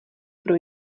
pro